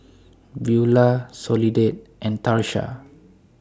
Beulah Soledad and Tarsha